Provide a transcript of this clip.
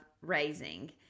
raising